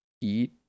eat